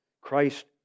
Christ